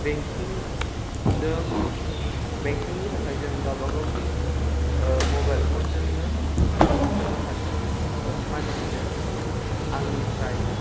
बेंकिंजों बेंकिंनि थाखाय जों गावबा गावनि मबाइल फनजोंनो सोरबा सासे मानसिनो आंनिफ्राय